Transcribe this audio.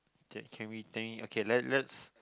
ok~ can we think okay let let's